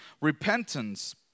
repentance